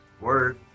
Word